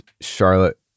Charlotte